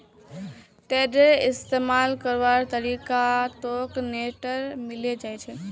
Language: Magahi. टेडरेर इस्तमाल करवार तरीका तोक नेटत मिले जई तोक